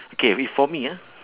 okay if for me ah